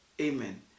amen